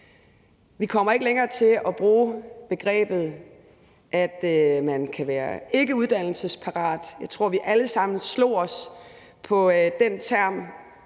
Vi kommer ikke længere til at bruge det begreb, at man kan være ikkeuddannelsesparat. Jeg tror, at vi alle sammen slog os på den term